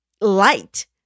light